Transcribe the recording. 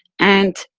and.